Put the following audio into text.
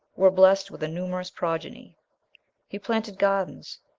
were blessed with a numerous progeny he planted gardens,